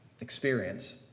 Experience